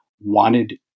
wanted